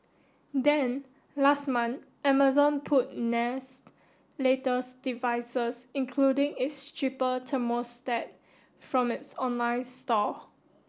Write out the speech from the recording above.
then last month Amazon pulled Nest's latest devices including its cheaper thermostat from its online store